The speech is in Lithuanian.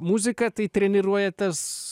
muzika tai treniruojatės